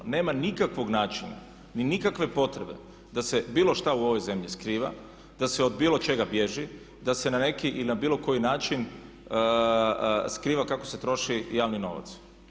Nema nikakvog načina ni nikakve potrebe da se bilo što u ovoj zemlji skriva, da se od bilo čega bježi, da se na neki ili na bilo koji način skriva kako se troši javni novac.